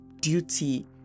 duty